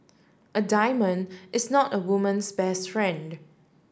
a diamond is not a woman's best friend